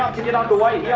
to get underway yeah